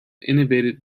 innovative